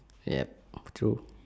yup true